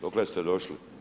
Dokle ste došli?